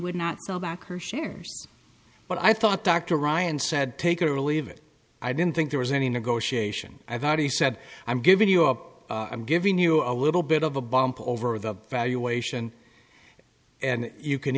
would not sell back her shares but i thought dr ryan said take or leave it i didn't think there was any negotiation i've already said i'm giving you up i'm giving you a little bit of a bump over the valuation and you can